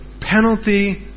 penalty